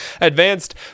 advanced